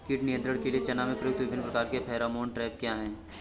कीट नियंत्रण के लिए चना में प्रयुक्त विभिन्न प्रकार के फेरोमोन ट्रैप क्या है?